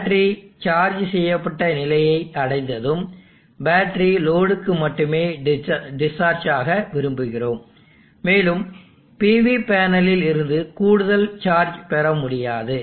battery charge செய்யப்பட்ட நிலையை அடைந்ததும் பேட்டரி லோடுக்கு மட்டுமே டிஸ்சார்ஜ் ஆக விரும்புகிறோம் மேலும் PV பேனலில் இருந்து கூடுதல் சார்ஜ் பெறமுடியாது